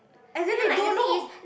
isn't they don't know